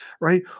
right